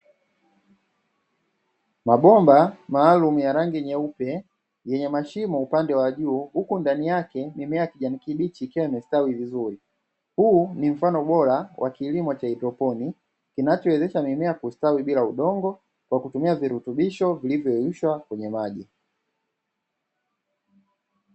Mabomba maalumu ya rangi nyeupe yenye mashimo upande wa juu, huku ndani yake mimea ya kijani kibichi ikiwa imestawi vizuri. Huu ni mfano bora wa kilimo cha haidroponi, kinachowezesha mimea kustawi bila udongo, kwa kutumia virutubisho vilivyoyeyushwa kwenye maji.